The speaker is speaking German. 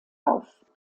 auf